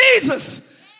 jesus